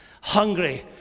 Hungry